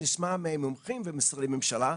נשמע ממומחים וממשרדי ממשלה.